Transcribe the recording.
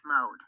mode